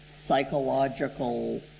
psychological